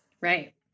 Right